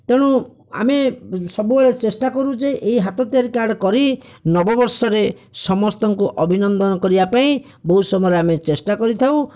ତେଣୁ ଆମେ ସବୁବେଳେ ଚେଷ୍ଟା କରୁଛେ ଏହି ହାତ ତିଆରି କାର୍ଡ଼ କରି ନବବର୍ଷରେ ସମସ୍ତଙ୍କୁ ଅଭିନନ୍ଦନ କରିବା ପାଇଁ ବହୁତ ସମୟରେ ଆମେ ଚେଷ୍ଟା କରିଥାଉ